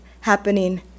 happening